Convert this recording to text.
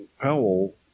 Powell